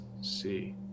see